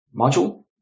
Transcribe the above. module